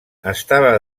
estava